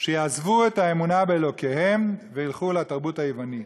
שיעזבו את האמונה באלוהיהם וילכו לתרבות היוונית.